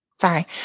Sorry